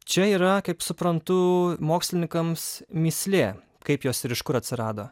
čia yra kaip suprantu mokslininkams mįslė kaip jos ir iš kur atsirado